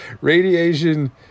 Radiation